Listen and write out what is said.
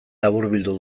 laburbildu